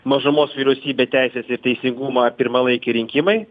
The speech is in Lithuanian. mažumos vyriausybė teisės ir teisingumo ar pirmalaikiai rinkimai